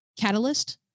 catalyst